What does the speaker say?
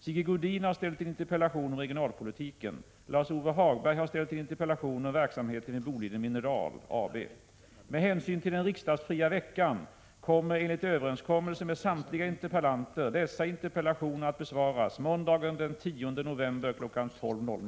Sigge Godin har ställt en interpellation om regionalpolitiken.